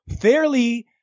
fairly